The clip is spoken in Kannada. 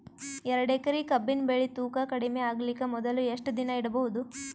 ಎರಡೇಕರಿ ಕಬ್ಬಿನ್ ಬೆಳಿ ತೂಕ ಕಡಿಮೆ ಆಗಲಿಕ ಮೊದಲು ಎಷ್ಟ ದಿನ ಇಡಬಹುದು?